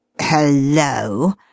Hello